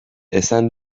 esan